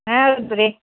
ಹೌದು ರೀ